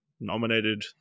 nominated